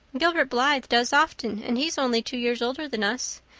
gilbert blythe does often and he's only two years older than us.